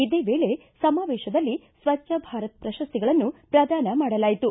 ಇದೇ ವೇಳೆ ಸಮಾವೇಶದಲ್ಲಿ ಸ್ವಜ್ಞ ಭಾರತ್ ಪ್ರಶಸ್ತಿಗಳನ್ನು ಪ್ರದಾನ ಮಾಡಲಾಯಿತು